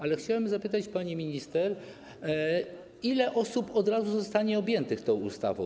Ale chciałbym zapytać, pani minister, ile osób od razu zostanie objętych tą ustawą.